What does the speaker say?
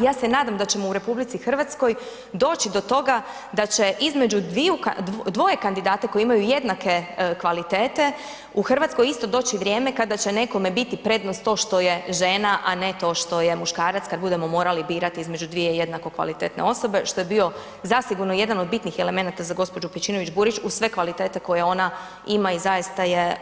Ja se nadam da ćemo u RH doći do toga da će između dvoje kandidata koje imaju jednake kvalitete u RH isto doći vrijeme kada će nekome biti prednost to što je žena, a ne to što je muškarac, kad budemo morali birat između dvije jednako kvalitetne osobe, što je bio zasigurno jedan od bitnih elemenata za gđu. Pejčinović-Burić uz sve kvalitete koje ona ima i zaista je,